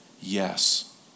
yes